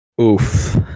Oof